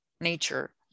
nature